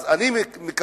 אז אני מקווה